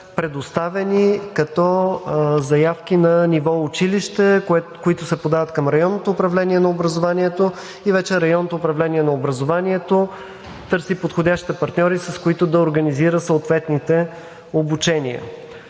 предоставени на ниво училище, които се подават към районното управление на образование и вече районното управление на образованието търси подходящи партньори, с които да организира съответните обучения.